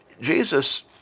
Jesus